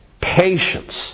patience